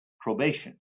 probation